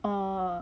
oh